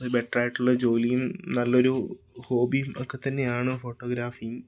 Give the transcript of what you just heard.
ബെറ്ററായിട്ടുള്ള ജോലിയും നല്ലൊരു ഹോബിയും ഒക്കെ തന്നെയാണ് ഫോട്ടോഗ്രാഫി